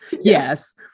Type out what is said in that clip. yes